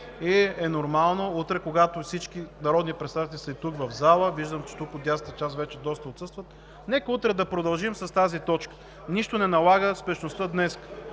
Нормално е утре, когато всички народни представители са в залата – виждам, че от дясната част доста отсъстват, нека утре да продължим с тази точка. Нищо не налага спешността днес.